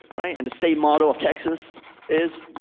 right? and the state motto of texas is,